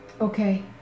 okay